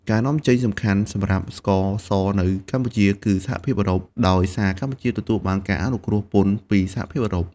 ទីផ្សារនាំចេញសំខាន់សម្រាប់ស្ករសនៅកម្ពុជា គឺសហភាពអឺរ៉ុប ដោយសារកម្ពុជាទទួលបានការអនុគ្រោះពន្ធពីសហភាពអឺរ៉ុប។